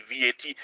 VAT